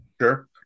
Sure